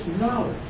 knowledge